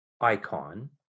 icon